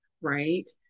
Right